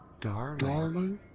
darling?